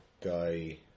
guy